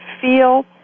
feel